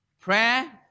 prayer